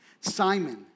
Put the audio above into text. Simon